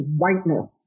whiteness